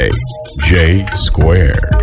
J-Square